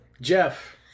Jeff